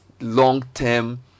long-term